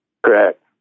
Correct